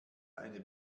eine